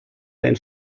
den